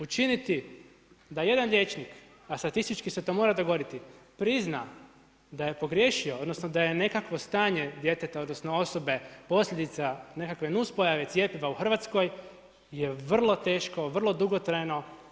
Učiniti da jedan liječnik, a statistički se to mora dogoditi prizna da je pogriješio, odnosno da je nekakvo stanje djeteta, odnosno osobe posljedica nekakve nuspojave cjepiva u Hrvatskoj je vrlo teško, vrlo dugotrajno.